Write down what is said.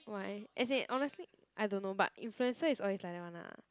why as in honestly I don't know but influencer is also like that [one] lah